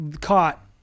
caught